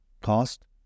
cost